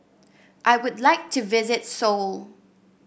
I would like to visit Seoul